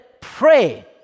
pray